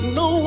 no